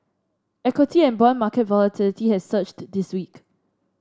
equity and bond market volatility has surged this week